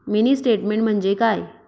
Mini statement म्हणजे काय?